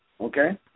Okay